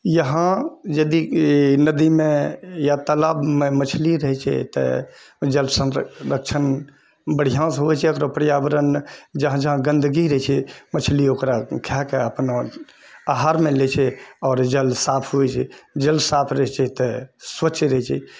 इहाँ यदि ये नदीमे या तालाबमे मछली रहै छै तऽ जल संरक्षण बढ़ियासे होइ छै अपना पर्यावरण जहाँ जहाँ गन्दगी रहै छै मछली ओकरा खायके अपना आहारमे लै छै आओर जल साफ होइ छै जल साफ रहै छै तऽ स्वच्छ रहै छै